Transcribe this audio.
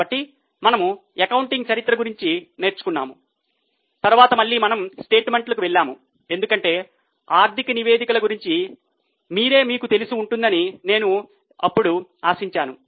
కాబట్టి మనము అకౌంటింగ్ చరిత్ర గురించి నేర్చుకున్నాము తరువాత మళ్ళీ మనము స్టేట్మెంట్లకు వెళ్ళాము ఎందుకంటే ఆర్థిక నివేదికల గురించి మీరే మీకు తెలిసి ఉంటుందని నేను ఇప్పుడు ఆశించాను